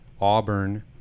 auburn